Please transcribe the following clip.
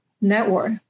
network